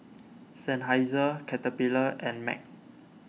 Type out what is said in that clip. Seinheiser Caterpillar and Mag